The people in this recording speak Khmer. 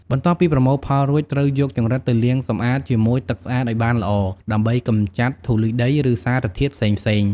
បន្ទាប់ពីប្រមូលផលរួច ត្រូវយកចង្រិតទៅលាងសម្អាតជាមួយទឹកស្អាតឲ្យបានល្អ ដើម្បីកម្ចាត់ធូលីដី ឬសារធាតុផ្សេងៗ។